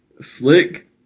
Slick